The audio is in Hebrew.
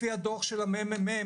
לפי הדוח של הממ"מ,